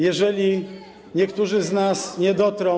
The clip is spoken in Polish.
Jeżeli niektórzy z nas nie dotrą.